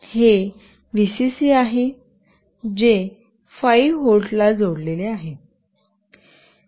हे व्हीसीसी आहे जे 5 व्होल्टला जोडलेले आहे